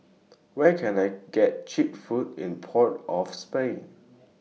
Where Can I get Cheap Food in Port of Spain